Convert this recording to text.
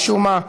משום מה,